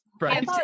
Right